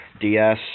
DS